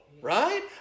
right